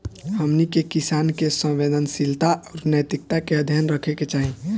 हमनी के किसान के संवेदनशीलता आउर नैतिकता के ध्यान रखे के चाही